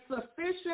sufficient